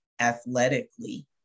athletically